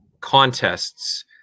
contests